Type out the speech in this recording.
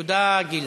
תודה, גילה.